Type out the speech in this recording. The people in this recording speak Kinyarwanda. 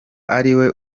ariwe